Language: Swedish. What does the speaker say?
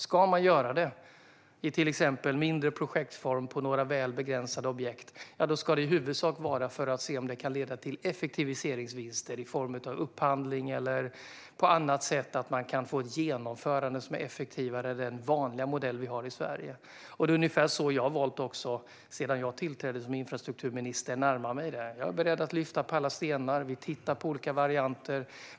Ska man göra det i till exempel mindre projektform för några väl begränsade objekt ska det i huvudsak vara för att det skulle kunna leda till effektiviseringsvinster när det gäller upphandling eller till att man på annat sätt kan få ett genomförande som är effektivare än med den vanliga modell vi har i Sverige. Det är ungefär så jag sedan jag tillträdde som infrastrukturminister har valt att närma mig detta. Jag är beredd att lyfta på alla stenar. Vi tittar på olika varianter.